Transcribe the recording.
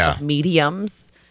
mediums